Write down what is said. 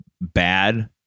bad